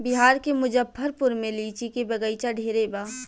बिहार के मुजफ्फरपुर में लीची के बगइचा ढेरे बा